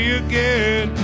again